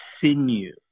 sinew